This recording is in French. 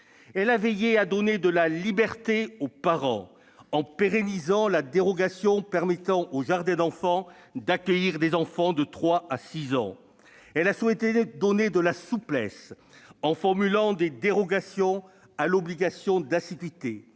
Elle a veillé à donner de la liberté aux parents, en pérennisant la dérogation permettant aux jardins d'enfants d'accueillir des enfants de 3 à 6 ans. Elle a souhaité donner de la souplesse, en formulant des dérogations à l'obligation d'assiduité.